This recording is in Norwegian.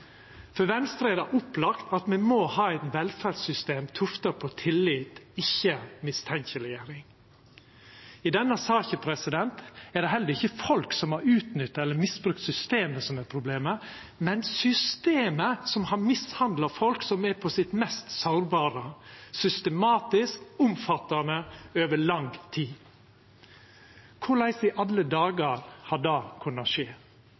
For Venstre er det opplagt at me må ha eit velferdssystem tufta på tillit, ikkje på mistenkeleggjering. I denne saka er det heller ikkje folk som har utnytta eller misbrukt systemet som er problemet, men systemet som har mishandla folk som er på sitt mest sårbare, systematisk og omfattande over lang tid. Korleis i alle dagar har det kunna skje?